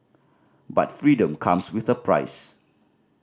but freedom comes with a price